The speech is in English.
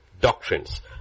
doctrines